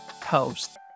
post